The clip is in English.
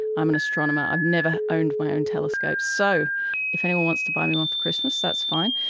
i'm an astronomer, i've never owned my own telescope. so if anyone wants to buy new one for christmas, that's fine.